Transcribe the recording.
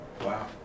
Wow